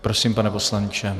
Prosím, pane poslanče.